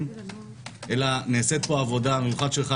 אלא נעשית פה עבודה שלך במיוחד,